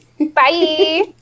Bye